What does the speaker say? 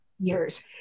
years